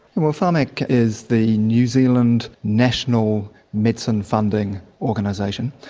well, pharmac is the new zealand national medicine funding organisation.